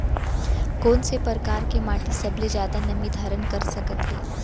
कोन से परकार के माटी सबले जादा नमी धारण कर सकत हे?